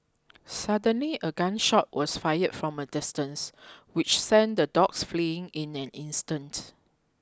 suddenly a gun shot was fired from a distance which sent the dogs fleeing in an instant